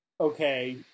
okay